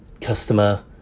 customer